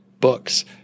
books